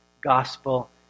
gospel